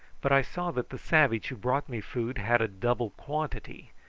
but i saw that the savage who brought me food had a double quantity,